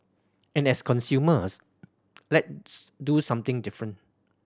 and as consumers let's do something different